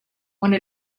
one